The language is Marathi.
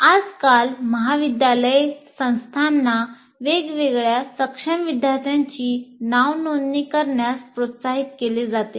आजकाल महाविद्यालये संस्थांना वेगवेगळ्या सक्षम विद्यार्थ्यांची नावनोंदणी करण्यास प्रोत्साहित केले जाते